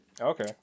Okay